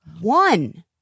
one